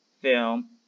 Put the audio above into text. film